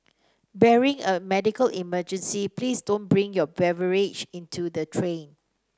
barring a medical emergency please don't bring your beverages into the train